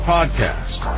Podcast